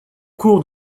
cours